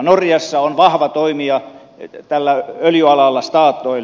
norjassa on vahva toimija tällä öljyalalla statoil